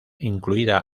incluida